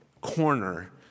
corner